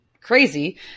crazy